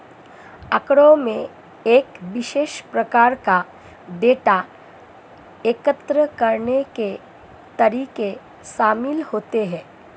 आँकड़ों में एक विशेष प्रकार का डेटा एकत्र करने के तरीके शामिल होते हैं